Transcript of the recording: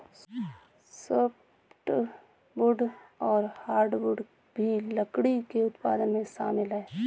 softwood और hardwood भी लकड़ी के उत्पादन में शामिल है